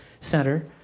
Center